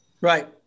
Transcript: Right